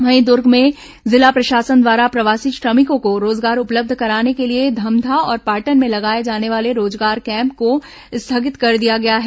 वहीं दुर्ग में जिला प्रशासन द्वारा प्रवासी श्रमिकों को रोजगार उपलब्ध कराने के लिए धमधा और पाटन में लगाए जाने वाले रोजगार कैम्प को स्थगित कर दिया गया है